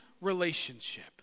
relationship